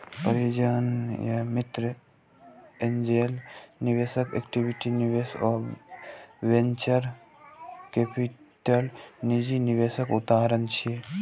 परिजन या मित्र, एंजेल निवेशक, इक्विटी निवेशक आ वेंचर कैपिटल निजी निवेशक उदाहरण छियै